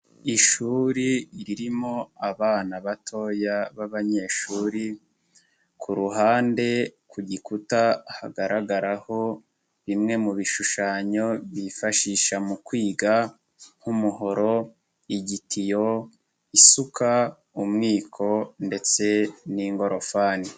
Ishuri ririmo abana batoya b'abanyeshuri, ku ruhande ku gikuta hagaragaraho bimwe mu bishushanyo byifashisha mu kwiga nk'umuhoro, igitiyo, isuka, umwiko ndetse n'ingorofani.